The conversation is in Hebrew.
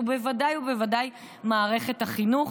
ובוודאי ובוודאי מערכת החינוך.